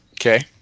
Okay